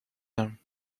him